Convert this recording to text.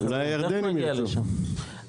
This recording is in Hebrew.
עוד מעט נגיע לשם,